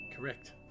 Correct